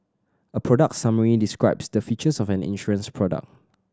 a product summary describes the features of an insurance product